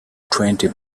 twenty